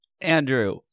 Andrew